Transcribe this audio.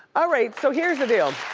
ah right, so here's the deal.